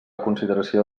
consideració